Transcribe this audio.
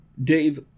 Dave